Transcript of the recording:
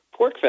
Porkfest